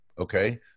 Okay